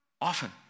often